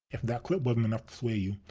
if that clip wasn't enough to sway you,